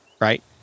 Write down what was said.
right